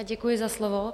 Děkuji za slovo.